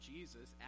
Jesus